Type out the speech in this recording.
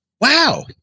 Wow